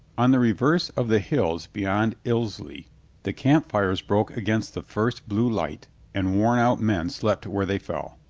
on the re verse of the hills beyond ilsley the camp-fires broke against the first blue light and worn-out men slept where they fell.